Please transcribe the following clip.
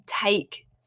take